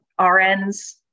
RNs